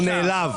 הוא נעלב.